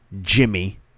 Jimmy